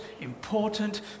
important